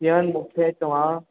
हींअर मूंखे तव्हां